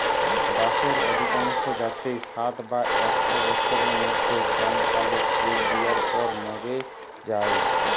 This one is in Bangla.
বাঁশের অধিকাংশ জাতই ষাট বা একশ বছরের মধ্যে জমকালো ফুল দিয়ার পর মোরে যায়